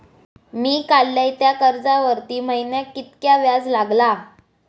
मी काडलय त्या कर्जावरती महिन्याक कीतक्या व्याज लागला?